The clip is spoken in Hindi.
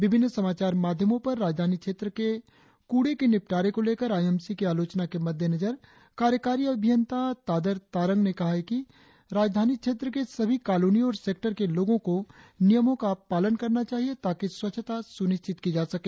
विभिन्न समाचार माध्यमों पर राजधानी क्षेत्र में कूड़े के निपटारे को लेकर आई एम सी की आलोचना के मद्देनजर कार्यकारी अभियंता तादर तारंग ने कहा कि राजधानी क्षेत्र के सभी कालोनियों और सेक्टर के लोगों को नियमों का पालन करना चाहिए ताकि स्वच्छता सुनिश्चित की जा सके